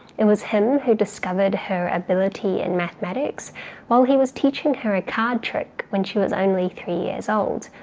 it was him who discovered her ability in mathematics while he was teaching her a card trick when she was only three years old.